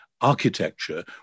architecture